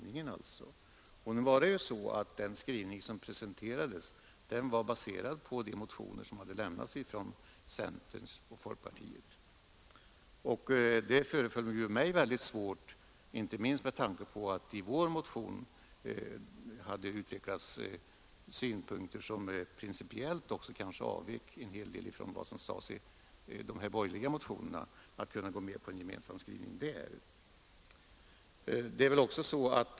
Nu var ju den skrivning som presenterades baserad på de motioner som hade lämnats från centern och folkpartiet, och det föreföll mig mycket svårt, inte minst med tanke på att i vår motion hade utvecklats synpunkter som principiellt avvek en hel del från vad som sades i de borgerliga motionerna, att gå med på en sådan gemensam skrivning.